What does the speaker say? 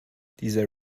dieser